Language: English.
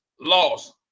lost